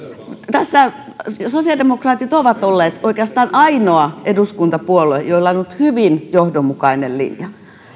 tässä sosiaalidemokraatit ovat olleet oikeastaan ainoa eduskuntapuolue jolla on ollut hyvin johdonmukainen linja